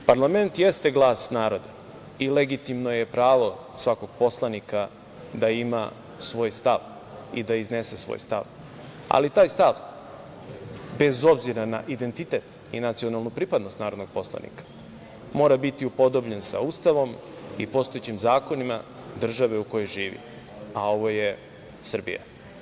Parlament jeste glas naroda i legitimno je pravo svakog poslanika da ima svoj stav i da iznese svoj stav, ali taj stav bez obzira na identitet i nacionalnu pripadnost narodnog poslanika, mora biti upodobljen sa Ustavom i postojećim zakonima države u kojoj živi, a ovo je Srbija.